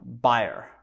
buyer